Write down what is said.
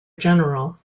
general